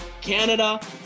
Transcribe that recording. Canada